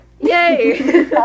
Yay